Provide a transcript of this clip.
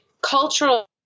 cultural